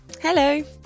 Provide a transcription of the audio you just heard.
Hello